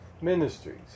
ministries